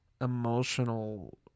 Emotional